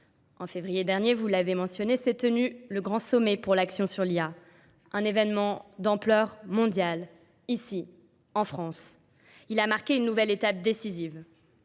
En février dernier, vous l'avez mentionné, s'est tenu le grand sommet pour l'Action sur l'IA, un événement d'ampleur mondiale ici, en France. Il a marqué une nouvelle étape décisive.